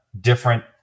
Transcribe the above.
different